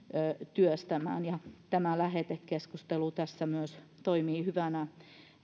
työstämään ja tämä lähetekeskustelu tässä myös toimii hyvänä